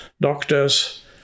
doctors